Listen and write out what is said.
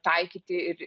taikyti ir